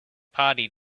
party